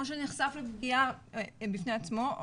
או שנחשף לפגיעה בפני עצמו,